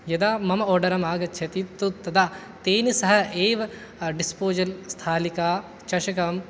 यदा मम आर्डरम् आगच्छति तु तदा तेन सह एव डिस्पोसल् स्थालिका चषकं